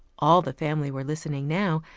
all the family were listening now.